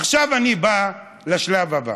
עכשיו אני בא לשלב הבא